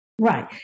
Right